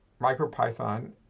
MicroPython